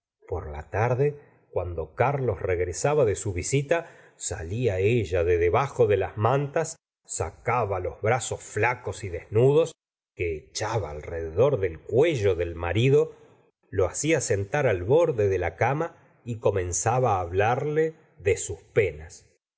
por la tarde cuando carlos regresaba de su visita salía ella de debajo de las mantas sacaba los brazos flacos y desnudos que echaba alrededor del cuello del marido lo hacia sentar al borde de la cama y comenzaba hablarle de sus penas